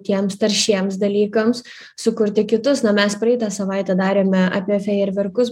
tiems taršiems dalykams sukurti kitus na mes praeitą savaitę darėme apie fejerverkus